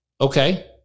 Okay